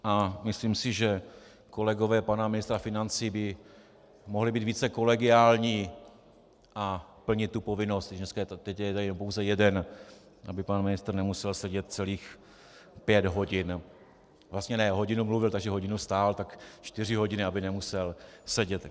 A myslím si, že kolegové pana ministra financí by mohli být více kolegiální a plnit tu povinnost, když dneska je teď tady pouze jeden, aby pan ministr nemusel sedět celých pět hodin vlastně ne, hodinu mluvil, takže hodinu stál, tak čtyři hodiny aby nemusel sedět.